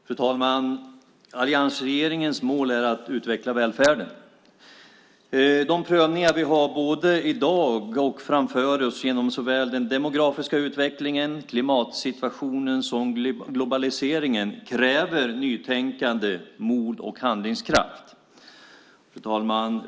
Fru talman! Alliansregeringens mål är att utveckla välfärden. De prövningar vi har både i dag och framför oss genom såväl den demografiska utvecklingen och klimatsituationen som globaliseringen kräver nytänkande, mod och handlingskraft.